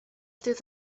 through